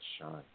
shine